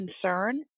concern